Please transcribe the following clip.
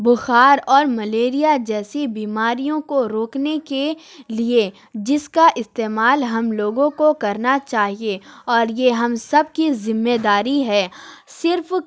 بخار اور ملیریا جیسی بیماریوں کو روکنے کے لیے جس کا استعمال ہم لوگوں کو کرنا چاہیے اور یہ ہم سب کی ذمہ داری ہے صرف